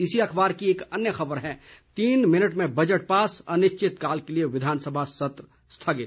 इसी अखबार की एक अन्य खबर है तीन मिनट में बजट पास अनिश्चितकाल के लिये विधानसभा सत्र स्थगित